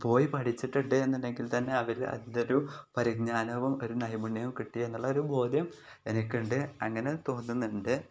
പോയി പഠിച്ചിട്ടുണ്ട് എന്നുണ്ടെങ്കിൽ തന്നെ അവർ അതിൻ്റൊരു പരിജ്ഞാനവും ഒരു നൈമുണ്യവും കിട്ടി എന്നുള്ളൊരു ബോധം എനിക്കുണ്ട് അങ്ങനെ തോന്നുന്നുണ്ട്